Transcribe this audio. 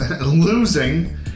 Losing